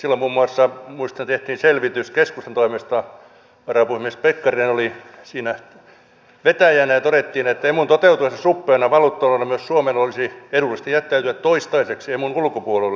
silloin muun muassa muistan tehtiin selvitys keskustan toimesta varapuhemies pekkarinen oli siinä vetäjänä ja todettiin että emun toteutuessa suppeana valuuttaunionina myös suomen olisi edullista jättäytyä toistaiseksi emun ulkopuolelle